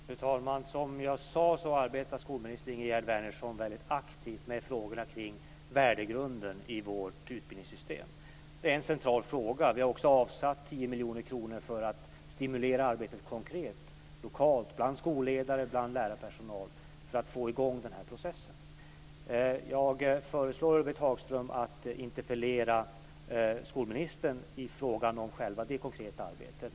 Fru talman! Som jag sade arbetar skolminister Ingegerd Wärnersson väldigt aktivt med frågorna kring värdegrunden i vårt utbildningssystem. Det är en central fråga. Vi har också avsatt 10 miljoner kronor för att stimulera arbetet konkret - lokalt, bland skolledare och bland lärarpersonal - och för att få i gång den här processen. Jag föreslår Ulla-Britt Hagström att interpellera skolministern i fråga om det konkreta arbetet.